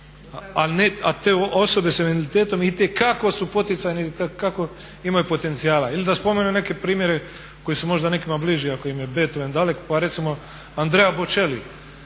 a te osobe s invaliditetom itekako su poticajne, itekako imaju potencijala. Ili da spomenem neke primjere koji su možda nekima bliži ako im je Bethoveen dalek pa recimo Andrea Boccelli